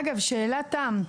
אגב, שאלת תם,